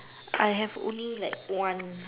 I have only like one